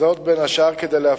ועדת הכלכלה,